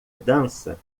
dança